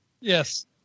yes